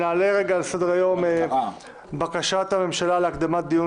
נעבור לבקשת הממשלה להקדמת דיון